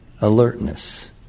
alertness